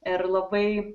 ir labai